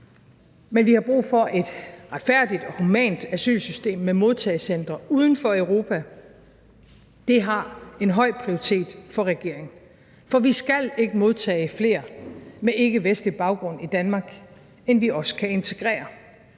men vi har brug for et retfærdigt og humant asylsystem med modtagecentre uden for Europa, og det har høj prioritet hos regeringen, for vi skal ikke modtage flere med ikkevestlig baggrund i Danmark, end vi også kan integrere,